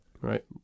Right